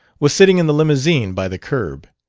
was sitting in the limousine by the curb,